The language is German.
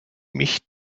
mich